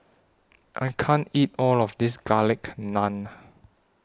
I can't eat All of This Garlic Naan